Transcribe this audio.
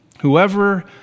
Whoever